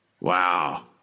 wow